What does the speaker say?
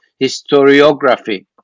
historiography